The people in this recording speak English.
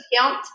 count